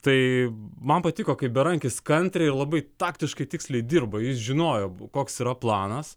tai man patiko kaip berankis kantriai labai taktiškai tiksliai dirba jis žinojo koks yra planas